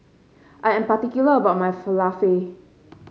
I am particular about my Falafel